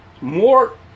More